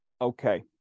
Okay